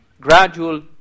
gradual